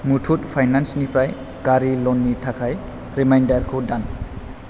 मुथुट फाइनान्सनिफ्राय गारि ल'ननि थाखाय रिमाइन्दारखौ दान